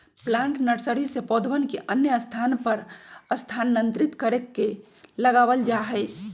plant nursery से पौधवन के अन्य स्थान पर स्थानांतरित करके लगावल जाहई